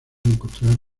encontrar